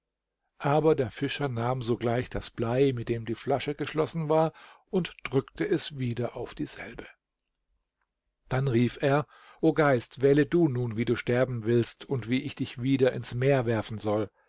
aber der fischer nahm sogleich das blei mit dem die flasche geschlossen war und drückte es wieder auf dieselbe dann rief er o geist wähle du nun wie du sterben willst und wie ich dich wieder ins meer werfen soll